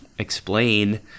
Explain